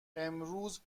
امروز